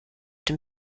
dem